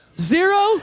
Zero